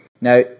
Now